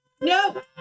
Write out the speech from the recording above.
no